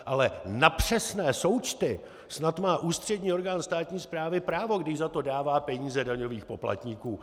Ale na přesné součty snad má ústřední orgán státní správy právo, když za to dává peníze daňových poplatníků.